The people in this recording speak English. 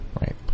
Right